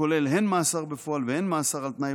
כולל הן מאסר בפועל והן מאסר על תנאי,